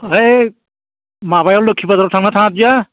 ओइ माबायाव लोखि बाजाराव थांनो ना थाङा बियो